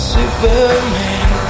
Superman